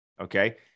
okay